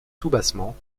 soubassement